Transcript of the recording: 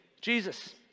Jesus